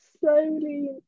slowly